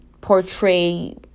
portray